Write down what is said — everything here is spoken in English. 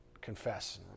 confess